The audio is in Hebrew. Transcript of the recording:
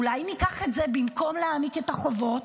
אולי ניקח את זה במקום להעמיק את החובות?